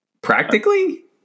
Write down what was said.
practically